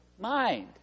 mind